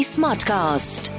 Smartcast